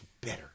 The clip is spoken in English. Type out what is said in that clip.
better